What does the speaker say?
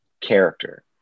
character